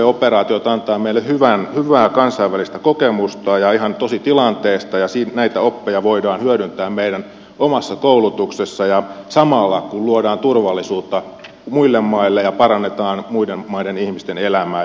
operaatiot antavat meille hyvää kansainvälistä kokemusta ja ihan tositilanteista ja näitä oppeja voidaan hyödyntää meidän omassa koulutuksessamme samalla kun luodaan turvallisuutta muille maille ja parannetaan muiden maiden ihmisten elämää